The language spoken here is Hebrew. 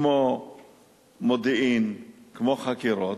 כמו מודיעין וכמו חקירות,